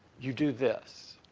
you do this.